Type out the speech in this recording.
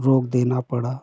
रोक देना पड़ा